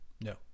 No